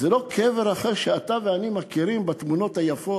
זה לא קבר רחל שאתה ואני מכירים מהתמונות היפות.